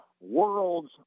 world's